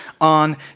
on